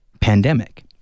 pandemic